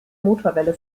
motorwelle